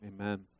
amen